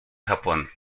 japón